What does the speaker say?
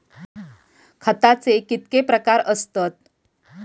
खताचे कितके प्रकार असतत?